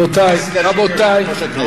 יש שבעה סגנים ליושב-ראש הכנסת.